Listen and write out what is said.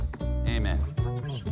Amen